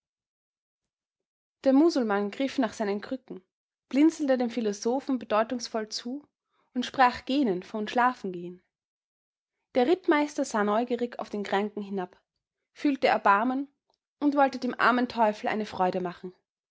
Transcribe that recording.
der musulmann griff nach seinen krücken blinzelte dem philosophen bedeutungsvoll zu und sprach gähnend von schlafengehen der rittmeister sah neugierig auf den kranken hinab fühlte erbarmen und wollte dem armen teufel eine freude machen